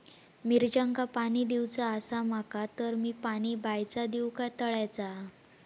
मिरचांका पाणी दिवचा आसा माका तर मी पाणी बायचा दिव काय तळ्याचा?